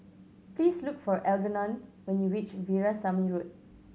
please look for Algernon when you reach Veerasamy Road